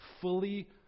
Fully